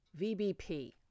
VBP